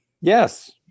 Yes